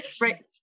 right